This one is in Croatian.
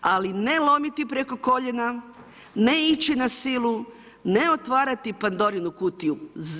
Ali ne lomiti preko koljena, ne ići na silu, ne otvarati Pandorinu kutiju.